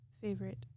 favorite